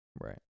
Right